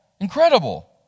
Incredible